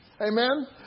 Amen